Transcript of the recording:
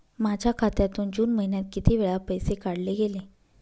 माझ्या खात्यातून जून महिन्यात किती वेळा पैसे काढले गेले?